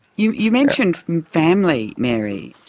you you mentioned family, mary.